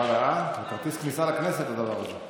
ואללה, זה כרטיס כניסה לכנסת, הדבר הזה.